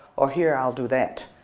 or here, i'll do that.